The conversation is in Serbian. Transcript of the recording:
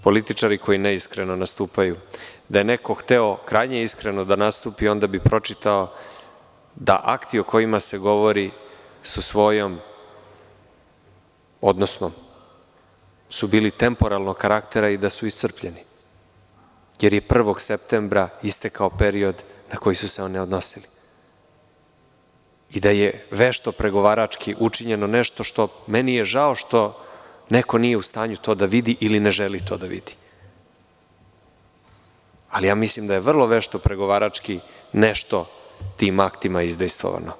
Političari koji neiskreno nastupaju. da je neko hteo krajnje iskreno da nastupi onda bi pročitao da akti o kojima se govori su svojom, odnosno su bili temporalnog karaktera i da su iscrpljeni jer je 1. septembra istekao period na koji su se oni odnosili i da je vešto pregovarački učinjeno nešto što, meni je žao što neko nije u stanju to da vidi ili ne želi to da vidi, ali ja mislim da je vrlo vešto pregovarački nešto tim aktima izdejstvovano.